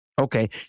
Okay